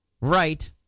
right